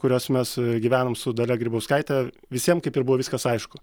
kuriuos mes gyvenom su dalia grybauskaite visiem kaip ir buvo viskas aišku